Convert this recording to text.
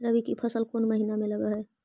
रबी की फसल कोन महिना में लग है?